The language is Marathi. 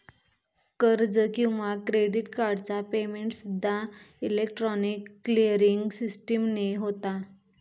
कर्ज किंवा क्रेडिट कार्डचा पेमेंटसूद्दा इलेक्ट्रॉनिक क्लिअरिंग सिस्टीमने होता